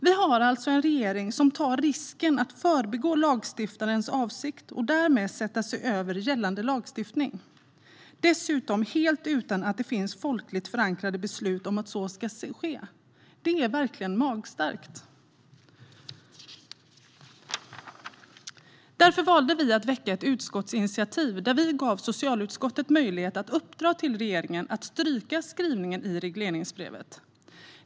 Vi har alltså en regering som tar risken att förbigå lagstiftarens avsikt och därmed sätta sig över gällande lagstiftning - dessutom helt utan att det finns folkligt förankrade beslut om att så ska ske. Det är verkligen magstarkt. Därför valde vi att väcka ett utskottsinitiativ där vi gav socialutskottet möjlighet att uppdra till regeringen att stryka skrivningen i regleringsbrevet.